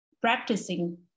practicing